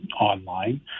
online